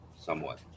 somewhat